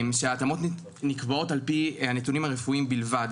ההתאמות נקבעות על פי הנתונים הרפואיים בלבד